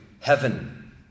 heaven